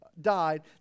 died